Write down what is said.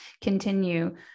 continue